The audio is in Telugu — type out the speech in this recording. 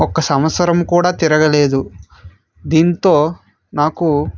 ఒక సంవత్సరం కూడా తిరగలేదు దీంతో నాకు